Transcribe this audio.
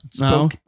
no